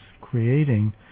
creating